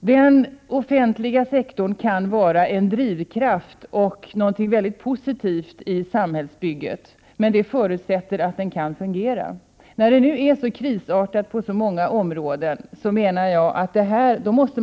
Den offentliga sektorn kan vara en drivkraft och något mycket positivt i samhällsbygget, men det förutsätter att den fungerar. När det nu är så krisartat på många områden menar jag att